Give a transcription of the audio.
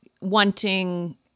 wanting